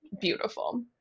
beautiful